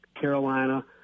Carolina